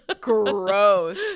Gross